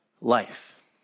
life